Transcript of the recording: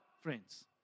friends